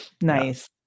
Nice